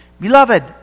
Beloved